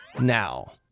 now